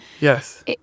Yes